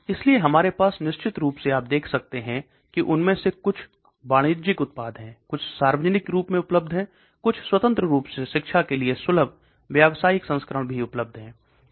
इसलिए हमारे पास निश्चित रूप से आप देख सकते हैं कि उनमें से कुछ वाणिज्यिक उत्पाद हैं कुछ सार्वजनिक रूप से उपलब्ध हैं कुछ स्वतंत्र रूप से शिक्षा के लिए सुलभ व्यावसायिक संस्करण भी उपलब्ध हैं